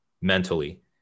mentally